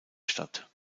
statt